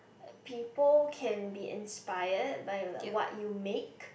a people can be inspired by your what you make